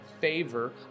favor